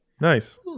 Nice